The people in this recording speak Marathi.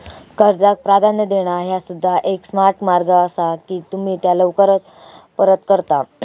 कर्जाक प्राधान्य देणा ह्या सुद्धा एक स्मार्ट मार्ग असा की तुम्ही त्या लवकर परत करता